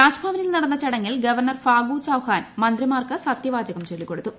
രാജ്ഭവനിൽ നടന്ന ചടങ്ങിൽ ഗവർണർ ഫാഗു ചൌഹാൻ മന്ത്രിമാർക്ക് സതൃവാചകം ചൊല്ലിക്കൊടുത്തു